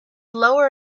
lower